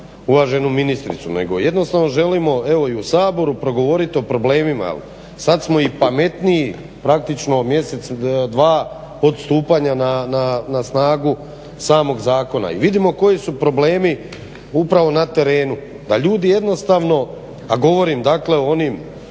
uvaženu ministricu nego jednostavno želimo evo i u Saboru progovoriti o problemima. Sad smo i pametniji praktično mjesec, dva od stupnja na snagu samog zakona. I vidimo koji su problemi upravo na terenu da ljudi jednostavno, a govorim dakle o onim